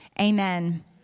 Amen